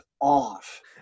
off